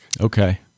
Okay